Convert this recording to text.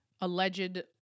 alleged